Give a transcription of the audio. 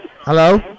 Hello